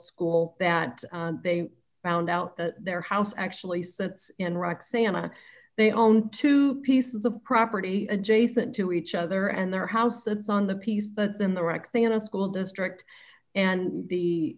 school that they found out that their house actually sits in roxanna they own two pieces of property adjacent to each other and their house it's on the piece that's in the right thing in a school district and the